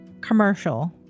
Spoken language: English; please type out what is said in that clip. commercial